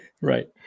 Right